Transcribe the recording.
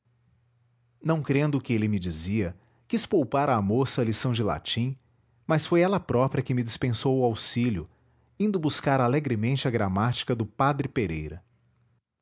crendo o que ele me dizia quis poupar à moça a lição de latim mas foi ela própria que me dispensou o auxílio indo buscar alegremente a gramática do padre pereira